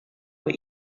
what